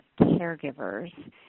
caregivers